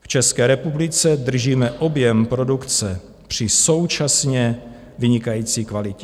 V České republice držíme objem produkce při současně vynikající kvalitě.